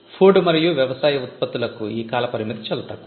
food మరియు వ్యవసాయ ఉత్పత్తులకు ఈ కాల పరిమితి చాలా తక్కువ